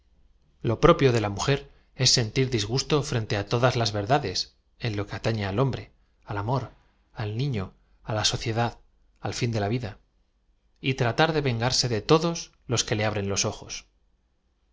lo propio de la mujer es sentir disgusto frente á t o das las verdades en lo que atafie al hombre a l amor al nífio á la sociedad al ñn de la vid a y tratar de vengarse de todos los que le abren los ojos